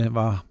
var